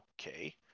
okay